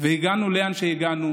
והגענו לאן שהגענו